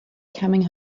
coming